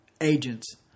Agents